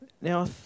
Now